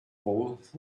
both